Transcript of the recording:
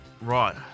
Right